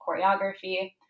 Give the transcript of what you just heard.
choreography